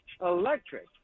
electric